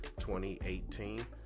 2018